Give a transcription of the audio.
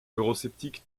eurosceptique